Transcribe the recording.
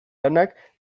lanak